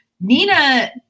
Nina